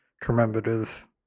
commemorative